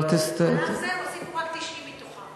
על אף זה הוסיפו רק 90 מהם,